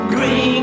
Green